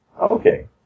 Okay